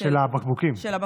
של הבקבוקים.